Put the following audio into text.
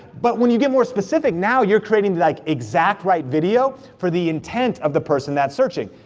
but when you get more specific, now you're creating like exact right video for the intent of the person that's searching.